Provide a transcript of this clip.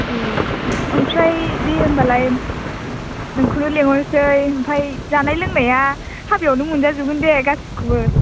ओमफ्राय दे होनबालाय नोंखौनो लिंहरनोसै ओमफ्राय जानाय लोंनाया हाबायावनो मोनजाजोबगोन दे गासैखौबो